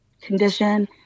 condition